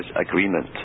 Agreement